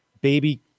baby